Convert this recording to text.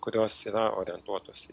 kurios yra orientuotos